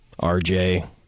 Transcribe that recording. RJ